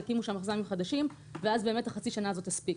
יקימו שם מחז"מים חדשים ואז באמת חצי השנה הזאת תספיק.